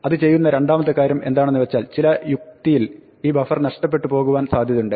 അത് ചെയ്യുന്ന രണ്ടാമത്തെ കാര്യം എന്താണെന്ന് വെച്ചാൽ ചില യുക്തിയിൽ ഈ ബഫർ നഷ്ടപ്പെട്ടുപോകുവാൻ സാധ്യതയുണ്ട്